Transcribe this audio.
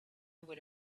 would